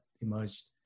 emerged